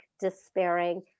despairing